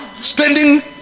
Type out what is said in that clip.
standing